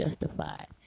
Justified